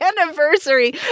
anniversary